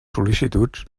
sol·licituds